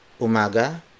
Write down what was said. umaga